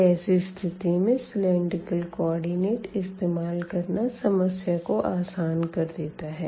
तो ऐसी स्थिति में सिलेंडरिकल कोऑर्डिनेट इस्तेमाल करना समस्या को आसान कर देता है